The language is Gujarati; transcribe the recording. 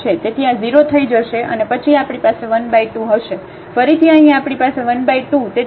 તેથી આ 0 થઈ જશે અને પછી આપણી પાસે 1 2 હશે ફરીથી અહીં આપણી પાસે 1 2 તેથી 1 હશે 5 અને y 1 ²